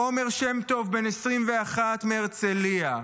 עומר שם טוב, בן 21, מהרצליה,